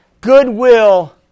goodwill